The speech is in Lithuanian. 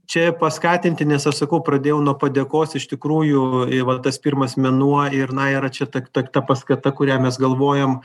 čia paskatinti nes aš sakau pradėjau nuo padėkos iš tikrųjų va tas pirmas mėnuo ir na yra čia ta ta ta paskata kurią mes galvojom